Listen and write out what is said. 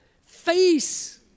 face